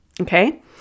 Okay